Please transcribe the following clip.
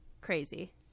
crazy